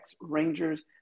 Rangers